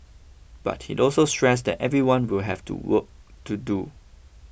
but he also stressed that everyone will have to work to do